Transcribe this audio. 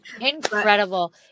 Incredible